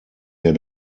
wir